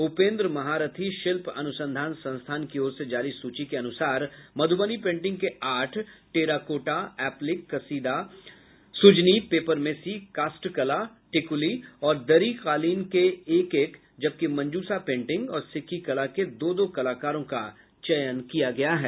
उपेन्द्र महारथी शिल्प अनुसंधान संस्थान की ओर से जारी सूची के अनुसार मधुबनी पेंटिंग के आठ टेराकोटा एप्लिक कसीदा सुजनी पेपरमेसी काष्ठ कला टिकुली और दरी कालीन के एक एक जबकि मंजूषा पेंटिंग और सिक्की कला के लिए दो दो कलाकारों का चयन किया गया है